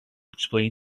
explain